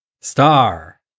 Star